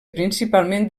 principalment